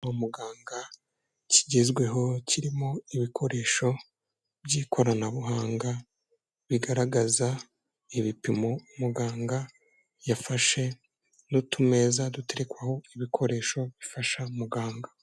Umuganga kigezweho kirimo ibikoresho by'ikoranabuhanga bigaragaza ibipimo muganga yafashe n'utumeza duterekwaho ibikoresho bifasha muganga.